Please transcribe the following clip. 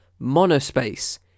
monospace